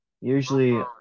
usually